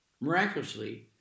Miraculously